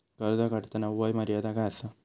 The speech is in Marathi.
कर्ज काढताना वय मर्यादा काय आसा?